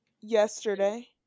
yesterday